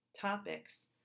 topics